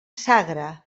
sagra